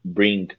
bring